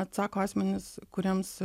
atsako asmenys kuriems